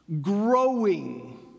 growing